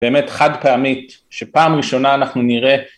באמת חד פעמית שפעם ראשונה אנחנו נראה